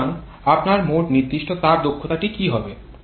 সুতরাং আপনার মোট নির্দিষ্ট তাপ দক্ষতাটি কী হবে